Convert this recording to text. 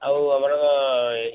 ଆଉ ଆମର